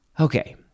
Okay